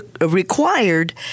required